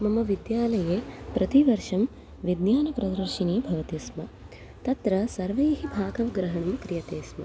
मम विद्यालये प्रतिवर्षं विज्ञानप्रदर्शिनी भवति स्म तत्र सर्वैः भागं ग्रहणं क्रियते स्म